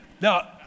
Now